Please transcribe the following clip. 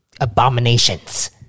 abominations